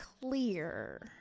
clear